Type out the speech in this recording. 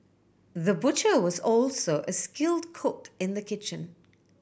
the butcher was also a skilled cook in the kitchen